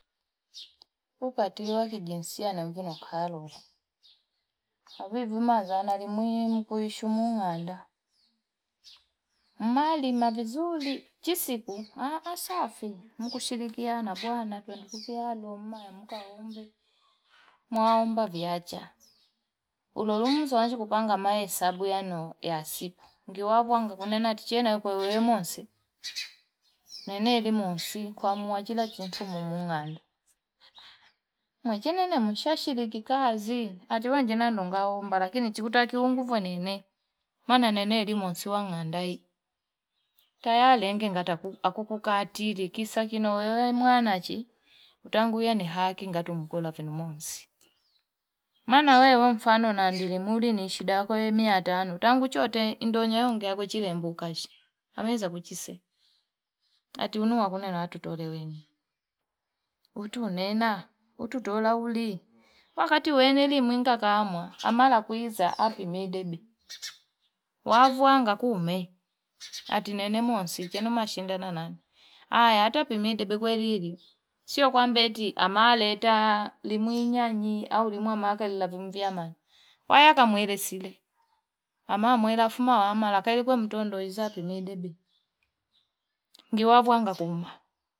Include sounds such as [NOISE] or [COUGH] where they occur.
[NOISE] Kukatili wa kijinsia na mbino kalola. Hivyo vima zana li mwingi mpuyishu munganda. [NOISE] Mbali mabizuli, chisiku, asafi. Mkushilikia nabuana, tulipufia loma, mkahumbi. Mwaomba viyacha. Ulolumzi wanji kupanga maesabu yano yasipu. Ngiwavu wangu kwenye natichena yukwewe monsi. [NOISE] Nene li monsi kwa mwajila chintumu munganda. Mwajina nene mkushilikika hazi. Ati wanji nando mkahumba, lakini chikutaki ungufu nene. Mwana nene li monsi wanganda hii. Ta yale ngengata kukukati. Rikisa kino wewe mwanaji. Utangu wea ni haki ngatu mkula fenu monsi. Mwana wea wemfano nandilimuli nishida koe miataanu. Utanguchote indonya ungea kuchile mbukashe. Hameza kuchise. Ati unua kune na watu tole wewe. Hutu nena, hutu tola uli. Wakati wewe li mwinga kahamwa, [NOISE] hamala kuhiza hapi medebi. [NOISE] Wavu wanga kuhume. Ati nene monsi chenuma shindana nani. Hai, hata hapi medebi kweririu. Sio kwambeti, hamala eta limuinya, nyi, au limuwa makali labimviyaman. Waya ka muwele sile. Ama muwele afuma wama, lakari kwe mtondo hizati medebi. Ngi wavu wanga kuhuma.